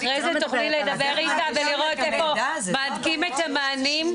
אחרי זה תוכלי לדבר איתה ולראות איפה מהדקים את המענים.